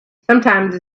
sometimes